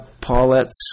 Paulette's